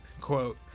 quote